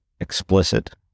explicit